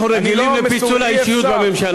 אנחנו רגילים לפיצול האישיות בממשלה הזאת.